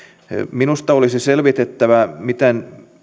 minusta olisi selvitettävä miten